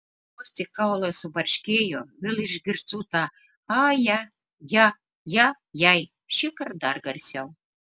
vos tik kaulai subarškėjo vėl išgirstu tą aja ja ja jai šįkart dar garsiau